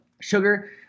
sugar